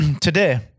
today